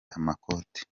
amakote